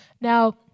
Now